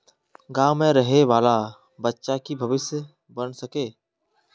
गाँव में रहे वाले बच्चा की भविष्य बन सके?